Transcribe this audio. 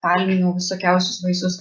palmių visokiausius vaisius